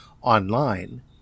online